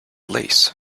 lace